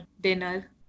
dinner